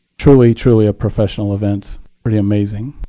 truly, truly a professional event pretty amazing.